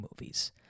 movies